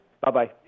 Bye-bye